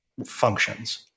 functions